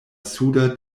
suda